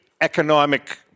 economic